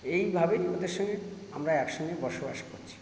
এইভাবেই ওদের সঙ্গে আমরা একসঙ্গে বসবাস করছি